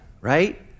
right